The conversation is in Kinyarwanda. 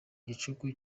gicuku